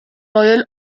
royal